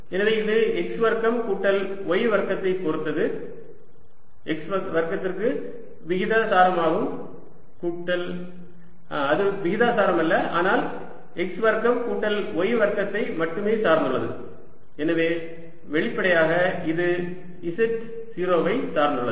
எனவே இது x வர்க்கம் கூட்டல் y வர்க்கத்தை பொருத்தது x வர்க்கத்திற்கு விகிதாசாரமாகும் கூட்டல் அது விகிதாசாரமல்ல ஆனால் x வர்க்கம் கூட்டல் y வர்க்கத்தை மட்டுமே சார்ந்துள்ளது எனவே வெளிப்படையாக இது z0 ஐ சார்ந்தது